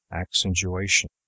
accentuation